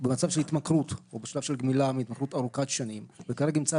ענית לשאלה שלה לבטל את כל החוק תוך איקס שנים ולהסדיר את